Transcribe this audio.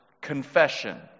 confession